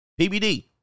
PBD